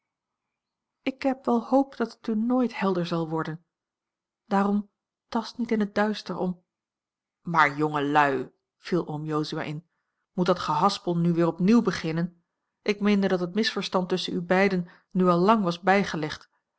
ik heb wel hoop dat het u nooit helder zal worden daarom tast niet in het duister om maar jongelui viel oom jozua in moet dat gehaspel nu weer opnieuw beginnen ik meende dat het misverstand tusschen u beiden nu al lang was bijgelegd